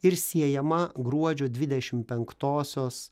ir siejama gruodžio dvidešim penktosios